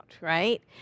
right